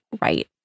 right